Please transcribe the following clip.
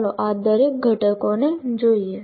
ચાલો આ દરેક ઘટકોને જોઈએ